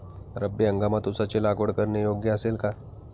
रब्बी हंगामात ऊसाची लागवड करणे योग्य असेल का?